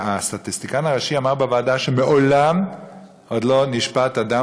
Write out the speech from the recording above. והסטטיסטיקן הראשי אמר בוועדה שמעולם עוד לא נשפט אדם,